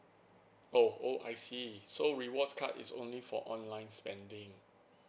oh oh I see so rewards card is only for online spending